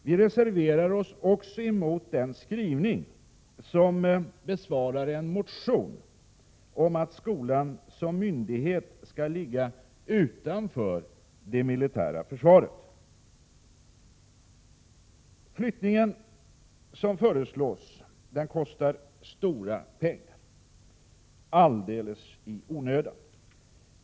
Vi reserverar oss också mot den skrivning som försvarar en motion om att skolan som myndighet skall ligga utanför det militära försvaret. Flyttningen som föreslås kostar stora pengar, alldeles i onödan.